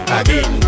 again